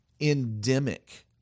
endemic